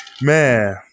Man